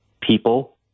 people